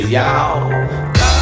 Y'all